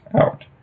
out